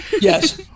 Yes